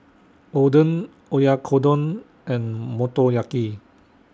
Oden Oyakodon and Motoyaki